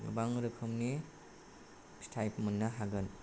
गोबां रोखोमनि फिथाइ मोननो हागोन